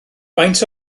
faint